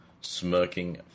smirking